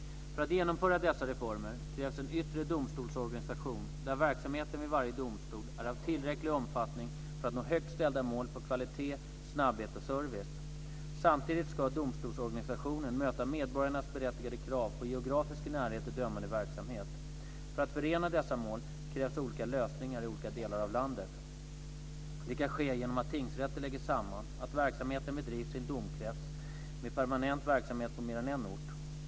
För att genomföra dessa reformer krävs en yttre domstolsorganisation där verksamheten vid varje domstol är av tillräcklig omfattning för att nå högt ställda mål om kvalitet, snabbhet och service. Samtidigt ska domstolsorganisationen möta medborgarnas berättigade krav på geografisk närhet till dömande verksamhet. För att förena dessa mål krävs olika lösningar i olika delar av landet. Det kan ske genom att tingsrätter läggs samman, att verksamheten bedrivs i en domkrets med permanent verksamhet på mer än en ort.